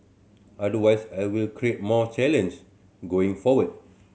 otherwise I will create more challenge going forward